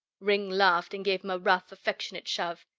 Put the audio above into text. ringg laughed and gave him a rough, affectionate shove.